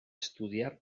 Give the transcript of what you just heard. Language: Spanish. estudiar